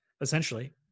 essentially